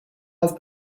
half